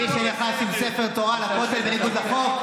מי שנכנס עם ספר תורה לכותל בניגוד לחוק?